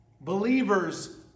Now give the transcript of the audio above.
Believers